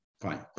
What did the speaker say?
Fine